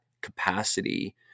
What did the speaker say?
capacity